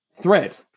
thread